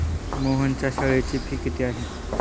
मोहनच्या शाळेची फी किती आहे?